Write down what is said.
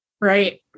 Right